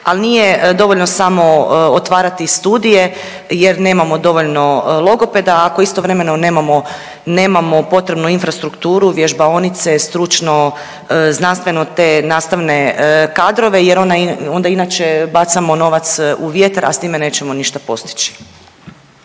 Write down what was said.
ali nije dovoljno samo otvarati studije jer nemamo dovoljno logopeda, ako istovremeno nemamo, nemamo potrebu infrastrukturu vježbaonice, stručno znanstveno te nastavne kadrove jer onda inače bacamo novac u vjetar, a s time nećemo ništa postići.